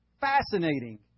fascinating